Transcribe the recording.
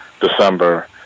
December